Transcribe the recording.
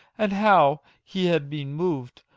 and how he had been moved,